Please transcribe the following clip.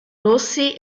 rossi